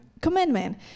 commandment